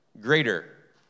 greater